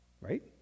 right